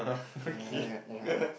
ya and ya